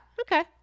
okay